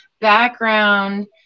background